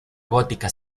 gótica